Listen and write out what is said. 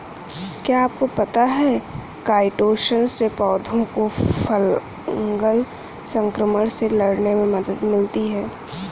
क्या आपको पता है काइटोसन से पौधों को फंगल संक्रमण से लड़ने में मदद मिलती है?